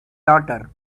daughter